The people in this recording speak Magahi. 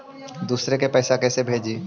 दुसरे के पैसा कैसे भेजी?